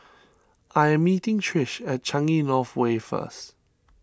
I am meeting Trish at Changi North Way first